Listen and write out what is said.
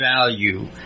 Value